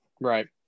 right